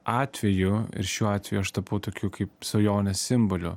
atveju ir šiuo atveju aš tapau tokiu kaip svajonės simboliu